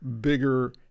bigger